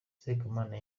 sekamana